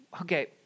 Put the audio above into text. okay